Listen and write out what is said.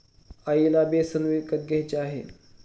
आईला बेसन विकत घ्यायचे आहे